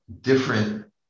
different